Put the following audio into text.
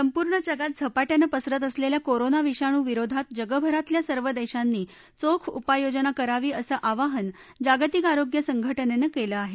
संपूर्ण जगात झपाट्यानं पसरत असलेल्या कोरोना विषाणू विरोधात जगभरातल्या सर्व देशांनी चोख उपाययोजना करावी असं आवाहन जागतिक आरोग्य संघटनेनं केलं आहे